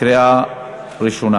בקריאה ראשונה.